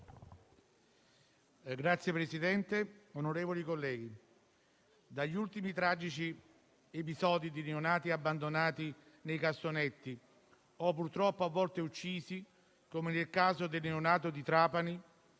Signor Presidente, onorevoli colleghi, alla luce degli ultimi tragici episodi di neonati abbandonati nei cassonetti o purtroppo a volte uccisi, come nel caso del neonato di Trapani